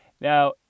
Now